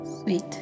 Sweet